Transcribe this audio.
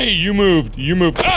ah you moved you moved ah!